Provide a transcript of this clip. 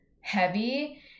heavy